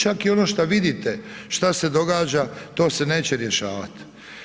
Čak i ono što vidite šta se događa to se neće rješavati.